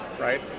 right